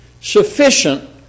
sufficient